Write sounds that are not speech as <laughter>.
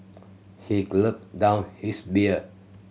he <unintelligible> down his beer